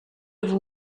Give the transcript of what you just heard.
have